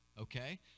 Okay